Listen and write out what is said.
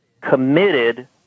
committed